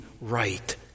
right